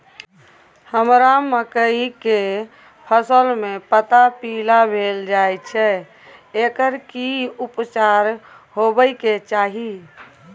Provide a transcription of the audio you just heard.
हमरा मकई के फसल में पता पीला भेल जाय छै एकर की उपचार होबय के चाही?